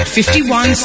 51